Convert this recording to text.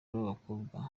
babakobwa